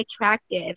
attractive